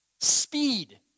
Speed